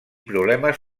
problemes